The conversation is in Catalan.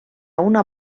una